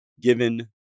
given